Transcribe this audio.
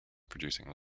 producing